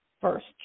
first